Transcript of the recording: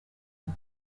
and